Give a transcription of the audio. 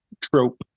trope